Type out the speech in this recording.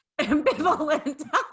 ambivalent